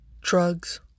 Drugs